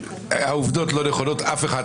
אף אחת מהעובדות לא נכונה.